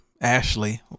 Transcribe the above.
Ashley